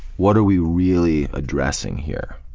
what are we really addressing here?